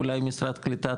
אולי משרד קליטה,